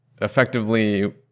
effectively